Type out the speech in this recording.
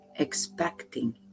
expecting